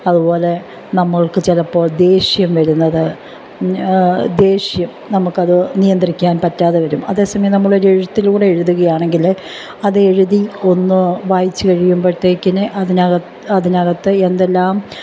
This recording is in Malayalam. അതുപോലെ നമ്മൾക്ക് ചിലപ്പോൾ ദേഷ്യം വരുന്നത് ദേഷ്യം നമുക്ക് അത് നിയന്ത്രിക്കാൻ പറ്റാതെ വരും അതേ സമയം നമ്മൾ ഒരു എഴുത്തിലൂടെ എഴുതുകയാണെങ്കിൽ അത് എഴുതി ഒന്ന് വായിച്ചു കഴിയുമ്പോഴത്തേക്ക് അതിനകത്ത് അതിനകത്ത് എന്തെല്ലാം